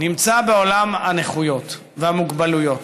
נמצא בעולם הנכויות והמוגבלויות,